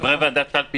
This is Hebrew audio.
אנחנו בעד.